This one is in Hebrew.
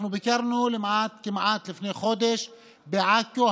אנחנו ביקרנו לפני כמעט חודש בעכו.